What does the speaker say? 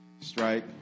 strike